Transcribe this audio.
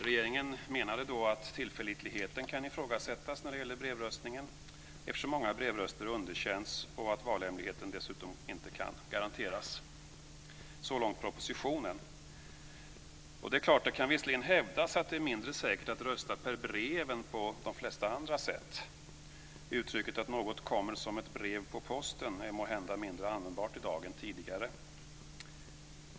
Regeringen menar att tillförlitligheten kan ifrågasättas när det gäller brevröstningen eftersom många brevröster underkänns, och valhemligheten kan dessutom inte garanteras. Så långt propositionen. Det kan visserligen hävdas att det är mindre säkert att rösta per brev än på de flesta andra sätt. Uttrycket att något "kommer som ett brev på posten" är måhända mindre användbart i dag än tidigare.